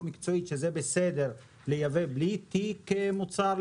מקצועית שזה בסדר לייבא בלי תיק מוצר,